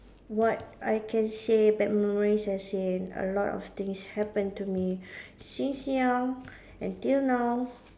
what I can say bad memories as in a lot of things happen to me since young until now